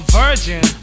virgin